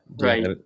right